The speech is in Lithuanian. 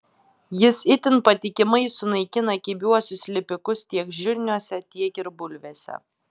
jis itin patikimai sunaikina kibiuosius lipikus tiek žirniuose tiek ir bulvėse